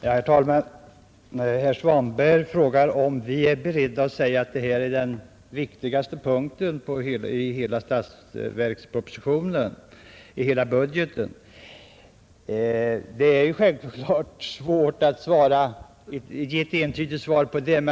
Herr talman! Herr Svanberg frågar om vi är beredda att säga att det här är den viktigaste posten i hela budgeten. Det är självklart svårt att ge ett entydigt svar på det.